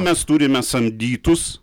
mes turime samdytus